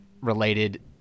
related